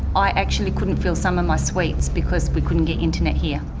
i actually couldn't fill some of my suites because we couldn't get internet here.